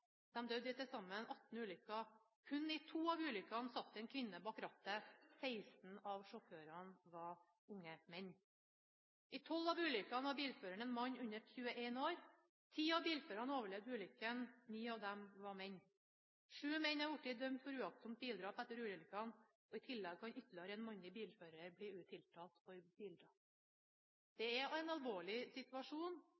døde i til sammen 18 ulykker. Kun i to av ulykkene satt det en kvinne bak rattet – 16 av sjåførene var unge menn. I tolv av ulykkene var bilføreren en mann under 21 år. Ti av bilførerne overlevde ulykken. Ni av dem var menn. Sju menn er blitt dømt for uaktsomt bildrap etter ulykkene. I tillegg kan